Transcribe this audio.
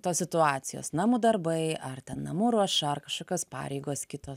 tos situacijos namų darbai ar namų ruoša ar kažkokios pareigos kitos